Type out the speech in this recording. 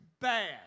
bad